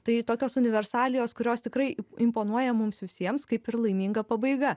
tai tokios universalijos kurios tikrai imponuoja mums visiems kaip ir laiminga pabaiga